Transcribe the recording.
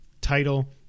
title